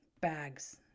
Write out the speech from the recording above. bags